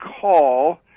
call